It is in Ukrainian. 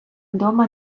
дома